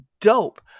dope